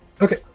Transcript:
Okay